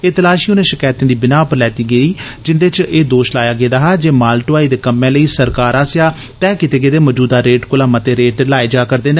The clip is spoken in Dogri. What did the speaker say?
एह् तलाशी उनें शकैतें दी बिनाह पर लैती गेई जिन्दे च एह् दोष लाया गेदा हा जे माल ढोआई दे कम्मै लेई सरकार आसेया तैह् कीते गेदे मजूदा रेट कोला मते रेट लाए जा करदे न